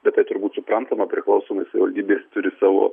bet tai turbūt suprantama priklauso nuo savivaldybės turi savo